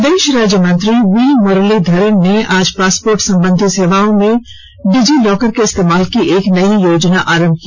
विदेश राज्य मंत्री वी मुरलीधरन ने आज पासपोर्ट संबंधी सेवाओं में डिजी लॉकर के इस्तेमाल की एक नई योजना आरंभ की